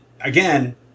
again